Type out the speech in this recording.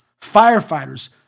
firefighters